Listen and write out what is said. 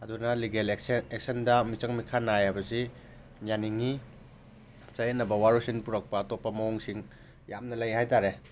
ꯑꯗꯨꯅ ꯂꯤꯒꯦꯜ ꯑꯦꯛꯁꯟꯗ ꯃꯤꯆꯪ ꯃꯤꯈꯥꯏ ꯅꯥꯏ ꯍꯥꯏꯕꯁꯤ ꯌꯥꯅꯤꯡꯉꯤ ꯆꯌꯦꯠꯅꯕ ꯋꯥꯔꯣꯏꯁꯤꯟ ꯄꯨꯔꯛꯄ ꯑꯇꯣꯞꯄ ꯃꯑꯣꯡꯁꯤꯡ ꯌꯥꯝꯅ ꯂꯩ ꯍꯥꯏ ꯇꯥꯔꯦ